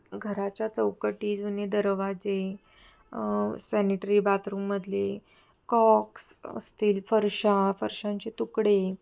घराच्या चौकटी जुने दरवाजे सॅनिटरी बाथरूममधले कॉक्स असतील फरशा फरशांचे तुकडे